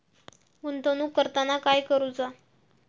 गुंतवणूक करताना काय करुचा?